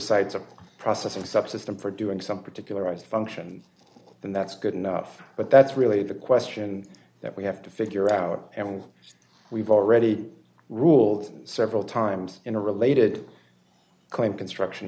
of processing subsystem for doing some particularized function and that's good enough but that's really the question that we have to figure out and we've already ruled several times in a related claim construction